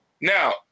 Now